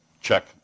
check